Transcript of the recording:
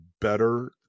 better